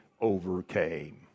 overcame